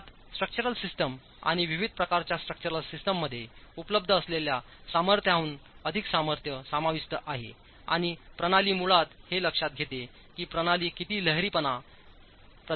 यात स्ट्रक्चरलसिटेम्स आणि विविध प्रकारच्या स्ट्रक्चरल सिस्टीममध्येउपलब्ध असलेल्या सामर्थ्याहून अधिक सामर्थ्य समाविष्ट आहेआणि प्रणाली मुळात हे लक्षात घेते कीप्रणालीकिती लहरीपणा प्रदानकरूशकते